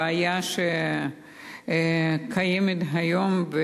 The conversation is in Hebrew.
בעיה שקיימת היום.